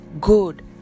good